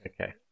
Okay